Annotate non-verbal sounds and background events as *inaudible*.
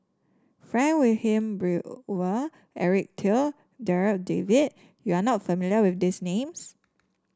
Frank Wilmin *unintelligible* Eric Teo Darryl David you are not familiar with these names